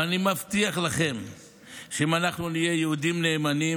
ואני מבטיח לכם שאם אנחנו נהיה יהודים נאמנים,